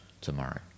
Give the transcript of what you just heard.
tomorrow